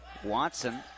Watson